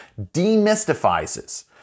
demystifies